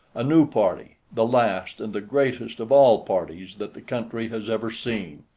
a new party, the last and the greatest of all parties that the country has ever seen.